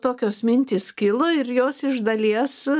tokios mintys kilo ir jos iš dalies